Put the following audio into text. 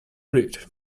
bridge